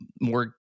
more